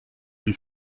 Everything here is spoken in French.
lui